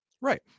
Right